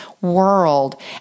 world